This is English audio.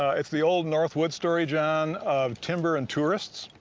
it's the old north woods story john of timber and tourists.